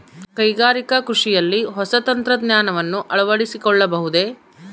ಕೈಗಾರಿಕಾ ಕೃಷಿಯಲ್ಲಿ ಹೊಸ ತಂತ್ರಜ್ಞಾನವನ್ನ ಅಳವಡಿಸಿಕೊಳ್ಳಬಹುದೇ?